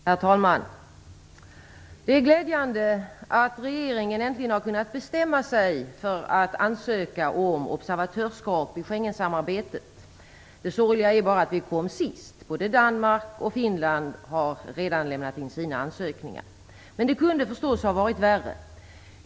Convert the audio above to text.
Herr talman! Det är glädjande att regeringen äntligen har kunnat bestämma sig för att ansöka om observatörsskap i Schengensamarbetet. Det sorgliga är bara att vi kom sist - både Danmark och Finland har redan lämnat in sina ansökningar. Men det kunde förstås ha varit värre.